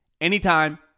anytime